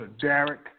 Derek